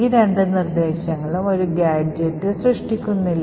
ഈ രണ്ട് നിർദ്ദേശങ്ങളും ഒരു ഗാഡ്ജെറ്റ് സൃഷ്ടിക്കുന്നില്ല